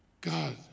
God